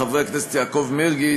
חברי הכנסת יעקב מרגי,